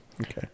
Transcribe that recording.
Okay